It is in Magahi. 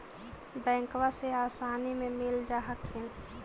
बैंकबा से आसानी मे मिल जा हखिन?